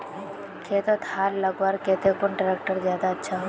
खेतोत हाल लगवार केते कुन ट्रैक्टर ज्यादा अच्छा होचए?